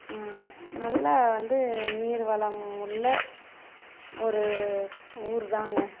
நல்லா வந்து நீர் வளம் உள்ள ஒரு ஊரு தாங்க